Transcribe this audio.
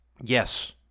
Yes